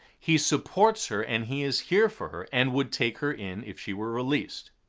he supports her and he is here for her and would take her in if she were released.